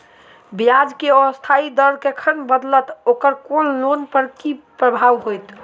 ब्याज केँ अस्थायी दर कखन बदलत ओकर लोन पर की प्रभाव होइत?